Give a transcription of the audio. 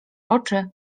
oczy